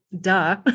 duh